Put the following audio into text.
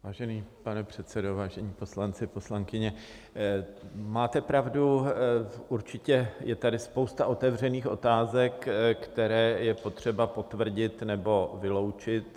Vážený pane předsedo, vážení poslanci, poslankyně, máte pravdu, určitě je tady spousta otevřených otázek, které je potřeba potvrdit nebo vyloučit.